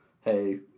hey